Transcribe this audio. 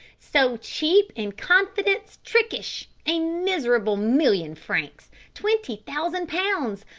so cheap and confidence-trickish. a miserable million francs twenty thousand pounds.